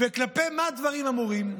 במה דברים אמורים?